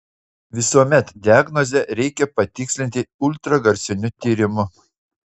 visuomet diagnozę reikia patikslinti ultragarsiniu tyrimu